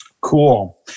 Cool